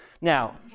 Now